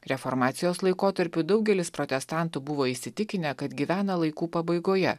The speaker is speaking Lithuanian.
reformacijos laikotarpiu daugelis protestantų buvo įsitikinę kad gyvena laikų pabaigoje